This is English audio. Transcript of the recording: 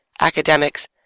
academics